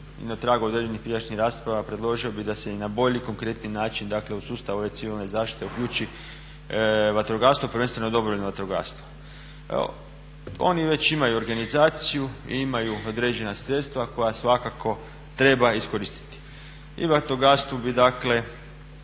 na tragu određenih prijašnjih rasprava predložio bih da se i na bolji, konkretniji način dakle u sustav ove civilne zaštite uključi vatrogastvo, prvenstveno dobrovoljno vatrogastvo. Oni već imaju organizaciju i imaju određena sredstva koja svakako treba iskoristiti. I vatrogastvu bi dakle